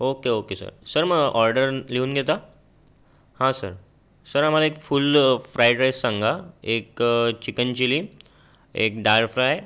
okay okay sir sir मग order लिहून घेता हां सर सर आम्हाला एक फुल्ल फ्राईड राईस सांगा एक चिकन चिली एक डाळ फ्राय